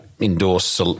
endorse